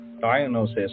diagnosis